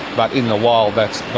but in the wild that's